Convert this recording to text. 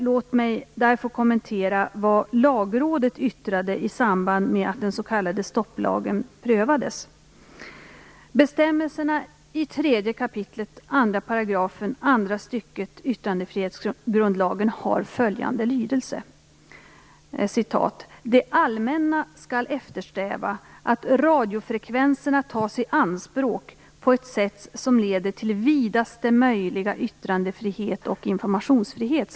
Låt mig därför få kommentera vad Lagrådet yttrade i samband med att den s.k. "Det allmänna skall eftersträva att radiofrekvenserna tas i anspråk på ett sätt som leder till vidaste möjliga yttrandefrihet och informationsfrihet."